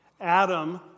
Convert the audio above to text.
Adam